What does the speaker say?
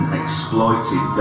exploited